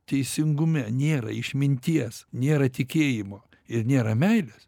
teisingume nėra išminties nėra tikėjimo ir nėra meilės